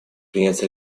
принять